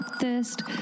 thirst